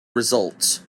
results